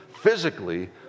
physically